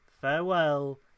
farewell